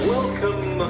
Welcome